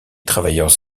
travailleurs